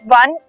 one